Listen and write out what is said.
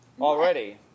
already